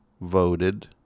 voted